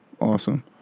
Awesome